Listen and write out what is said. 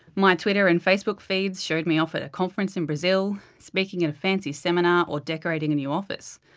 my twitter and facebook feeds showed me off at a conference in brazil, speaking at a fancy seminar, or decorating a new office.